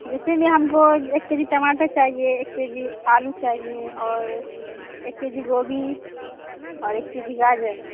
جیسے کہ ہم کو ایک کے جی ٹماٹر چاہیے ایک کے جی آلو چاہیے اور ایک کے جی گوبھی اور ایک کے جی گاجر